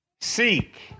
Seek